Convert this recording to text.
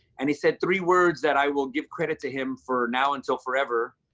and he said three words that i will give credit to him for now until forever.